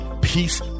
peace